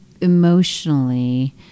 emotionally